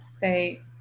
say